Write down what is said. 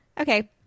Okay